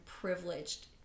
privileged